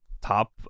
top